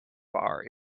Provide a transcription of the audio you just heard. bar